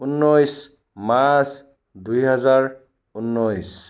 ঊনৈছ মাৰ্চ দুই হাজাৰ ঊনৈছ